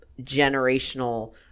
generational